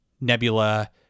nebula